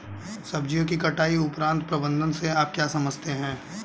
सब्जियों की कटाई उपरांत प्रबंधन से आप क्या समझते हैं?